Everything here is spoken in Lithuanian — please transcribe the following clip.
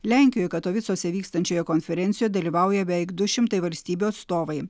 lenkijoj katovicuose vykstančioje konferencijo dalyvauja beveik du šimtai valstybių atstovai